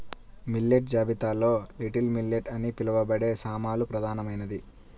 millet జాబితాలో little millet అని పిలవబడే సామలు ప్రధానమైనది